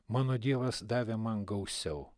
mano dievas davė man gausiau